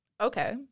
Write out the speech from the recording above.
Okay